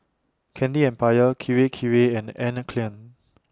Candy Empire Kirei Kirei and Anne Klein